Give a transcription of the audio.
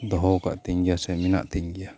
ᱫᱚᱦᱚ ᱟᱠᱟᱫ ᱛᱤᱧ ᱜᱮᱭᱟᱥᱮ ᱢᱮᱱᱟᱜ ᱛᱤᱧ ᱜᱮᱭᱟ